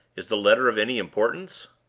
is the letter of any importance?